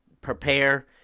prepare